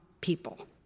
people